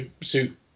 suit